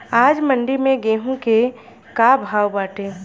आज मंडी में गेहूँ के का भाव बाटे?